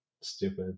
stupid